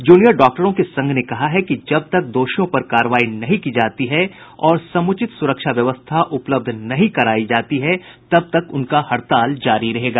junior डॉक्टरों के संघ ने कहा है कि जब तक दोषियों पर कार्रवाई नहीं की जाती है और समुचित सुरक्षा व्यवस्था उपलब्ध नहीं करायी जाती है तब तक उनका हड़ताल जारी रहेगा